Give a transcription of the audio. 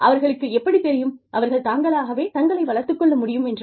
அவர்களுக்கு எப்படித் தெரியும் அவர்கள் தாங்களாகவே தங்களை வளர்த்துக் கொள்ள முடியும் என்று